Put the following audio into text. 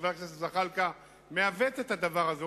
חבר הכנסת וחבריו מעוותים את הדבר הזה?